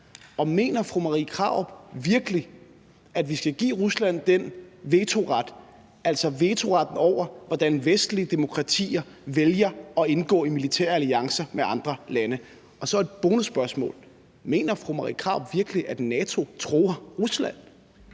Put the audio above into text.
Og mener fru Marie Krarup virkelig, at vi skal give Rusland den vetoret, altså vetoretten over, hvordan vestlige demokratier vælger at indgå i militære alliancer med andre lande? Og så et bonusspørgsmål: Mener fru Marie Krarup virkelig, at NATO truer Rusland?